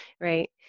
right